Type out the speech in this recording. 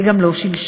וגם לא שלשום,